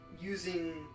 using